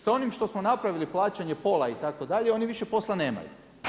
Sa onim što smo napravili plaćanje pola itd. oni više posla nemaju.